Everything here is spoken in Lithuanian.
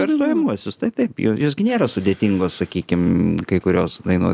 per stojamuosius tai taip jos gi nėra sudėtingos sakykime kai kurios dainos